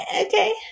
okay